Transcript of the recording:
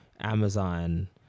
amazon